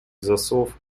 засов